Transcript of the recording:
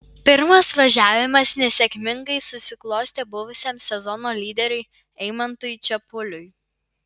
pirmas važiavimas nesėkmingai susiklostė buvusiam sezono lyderiui eimantui čepuliui